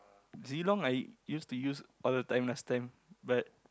Zilong I used to use all the time last time but